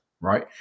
Right